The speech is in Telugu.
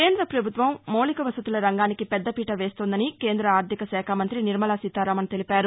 కేంద్ర ప్రభుత్వం మౌలిక వసతుల రంగానికి పెద్దపీట వేస్తోందని కేంద్ర ఆర్థిక శాఖ మంత్రి నిర్మలా సీతారామన్ తెలిపారు